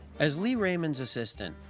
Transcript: as lee raymond's assistant,